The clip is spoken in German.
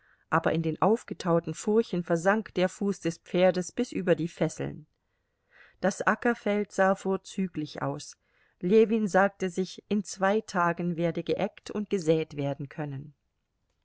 aber in den aufgetauten furchen versank der fuß des pferdes bis über die fesseln das ackerfeld sah vorzüglich aus ljewin sagte sich in zwei tagen werde geeggt und gesät werden können